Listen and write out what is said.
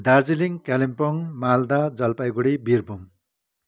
Darjeeling Kalimpong Malda Jalpaiguri Birbhum